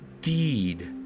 deed